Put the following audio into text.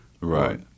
Right